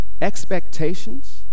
Expectations